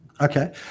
Okay